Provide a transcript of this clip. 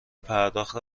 پرداخت